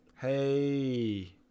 Hey